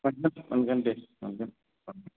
मोनगोन मोनगोन दे मोनगोन हरगोन